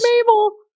Mabel